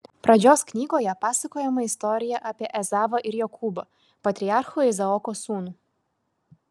pradžios knygoje pasakojama istorija apie ezavą ir jokūbą patriarcho izaoko sūnų